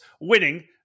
winning